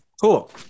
cool